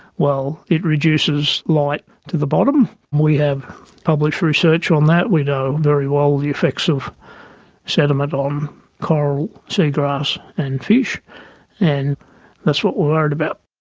well, it reduces light to the bottom. we have published research on that, we know very well the effects of sediment on coral seagrass and fish and that's what we're worried about.